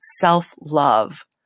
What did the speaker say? self-love